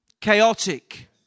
chaotic